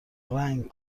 رنگ